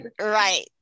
Right